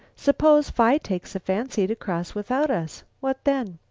suppose phi takes a fancy to cross without us? what then?